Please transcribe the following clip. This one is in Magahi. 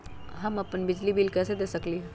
हम अपन बिजली बिल कैसे जमा कर सकेली?